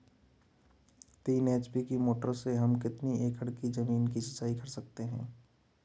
तीन एच.पी की मोटर से हम कितनी एकड़ ज़मीन की सिंचाई कर सकते हैं?